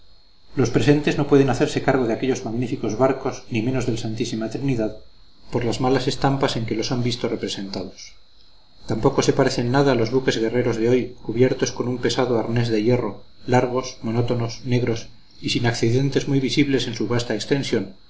los presentes no pueden hacerse cargo de aquellos magníficos barcos ni menos del santísima trinidad por las malas estampas en que los han visto representados tampoco se parecen nada a los buques guerreros de hoy cubiertos con su pesado arnés de hierro largos monótonos negros y sin accidentes muy visibles en su vasta extensión